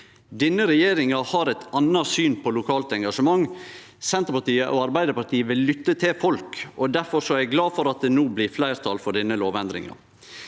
Denne regjeringa har eit anna syn på lokalt engasjement. Senterpartiet og Arbeidarpartiet vil lytte til folk, og difor er eg glad for at det no blir fleirtal for denne lovendringa.